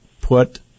put